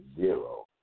zero